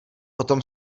potom